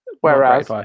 Whereas